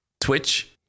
twitch